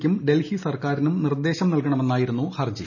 ക്കും ഡൽഹി ഭരണകൂടത്തിനും നിർദ്ദേശം നൽകണമെന്നായിരുന്നു ഹർജി